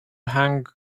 hang